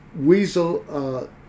weasel